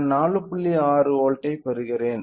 67 volt ஐ பெறுகிறேன்